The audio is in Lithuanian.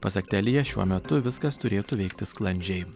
pasak telija šiuo metu viskas turėtų vykti sklandžiai